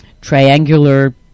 triangular